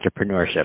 entrepreneurship